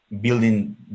building